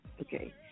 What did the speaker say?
Okay